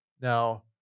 Now